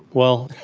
well,